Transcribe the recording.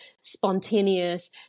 spontaneous